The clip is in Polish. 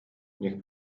niech